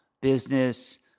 business